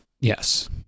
Yes